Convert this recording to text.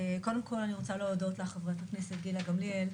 אני רוצה להודות לך, חברת הכנסת גילה גמליאל,